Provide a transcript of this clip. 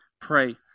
Pray